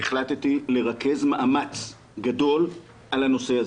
החלטתי לרכז מאמץ גדול על הנושא הזה.